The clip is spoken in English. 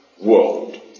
world